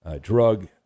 drug